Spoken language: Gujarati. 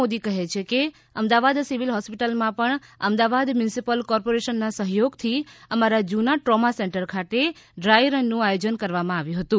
મોદી કહે છે કે અમદાવાદ સિવિલ હોસ્પિટલમાં પણ અમદાવાદ મ્યુનિસિપિલ કોર્પોરેશનના સહયોગથી અમારા જ્રના ટ્રોમાં સેન્ટર ખાતે ડ્રાય રનનું આયોજન કરવામાં આવ્યુ હતુ